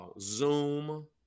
Zoom